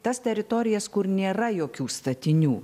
tas teritorijas kur nėra jokių statinių